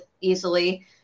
easily